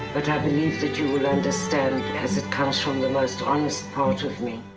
but i believe that you will understand as it comes from the most honest part of me.